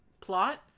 plot